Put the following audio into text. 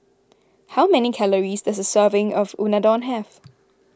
how many calories does a serving of Unadon have